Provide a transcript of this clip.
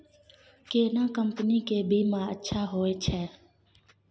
केना कंपनी के बीमा अच्छा होय छै?